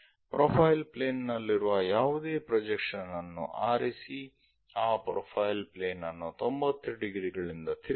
profile plane ನಲ್ಲಿರುವ ಯಾವುದೇ projection ಅನ್ನು ಆರಿಸಿ ಆ ಪ್ರೊಫೈಲ್ ಪ್ಲೇನ್ ಅನ್ನು 90 ಡಿಗ್ರಿಗಳಿಂದ ತಿರುಗಿಸಿ